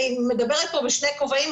אני מדברת פה בשני כובעים,